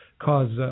cause –